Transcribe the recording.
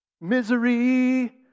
Misery